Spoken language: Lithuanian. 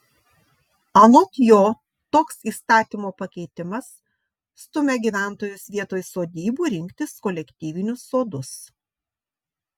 anot jo toks įstatymo pakeitimas stumia gyventojus vietoj sodybų rinktis kolektyvinius sodus